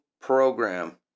program